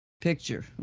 picture